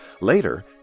Later